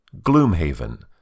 Gloomhaven